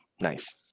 nice